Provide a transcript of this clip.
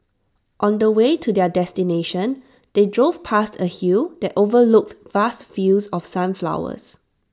on the way to their destination they drove past A hill that overlooked vast fields of sunflowers